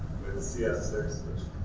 with c s six, which